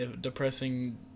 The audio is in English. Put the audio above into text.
depressing